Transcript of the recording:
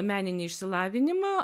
meninį išsilavinimą